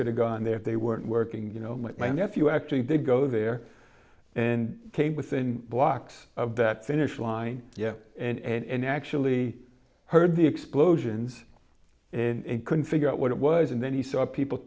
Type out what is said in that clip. going to go and there they weren't working you know what my nephew actually did go there and came within blocks of that finish line yeah and actually heard the explosions and couldn't figure out what it was and then he saw people